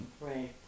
Right